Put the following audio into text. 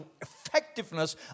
effectiveness